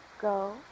Go